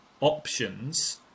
options